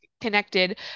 connected